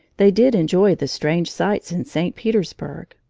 they did enjoy the strange sights in st. petersburg!